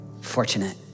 fortunate